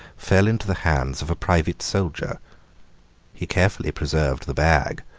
fell into the hands of a private soldier he carefully preserved the bag,